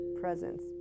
presence